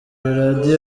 radiyo